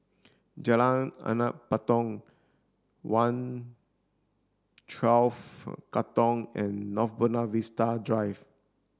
Jalan Anak Patong one twelve Katong and North Buona Vista Drive